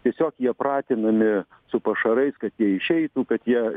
tiesiog jie pratinami su pašarais kad jie išeitų kad jie